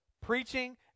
Preaching